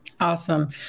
Awesome